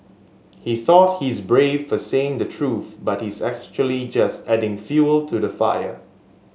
he thought he's brave for saying the truth but he's actually just adding fuel to the fire